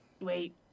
wait